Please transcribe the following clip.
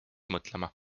mõtlema